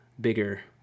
bigger